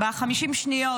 50 שניות.